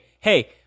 Hey